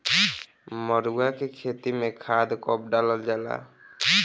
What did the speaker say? मरुआ के खेती में खाद कब डालल जाला?